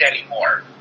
anymore